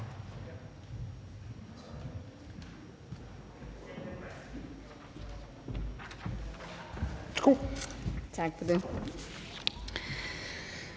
Tak for det.